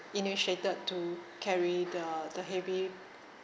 initiated to carry the the heavy